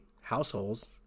households